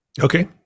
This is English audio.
Okay